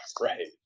right